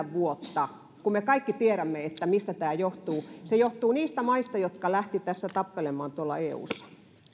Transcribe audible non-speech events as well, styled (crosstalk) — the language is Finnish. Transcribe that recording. (unintelligible) vuotta kun me kaikki tiedämme mistä tämä johtuu se johtuu niistä maista jotka lähtivät tästä tappelemaan tuolla eussa